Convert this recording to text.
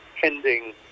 pending